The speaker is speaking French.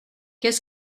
qu’est